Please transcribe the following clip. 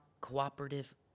cooperative